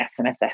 SMSF